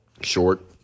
Short